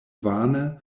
vane